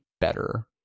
better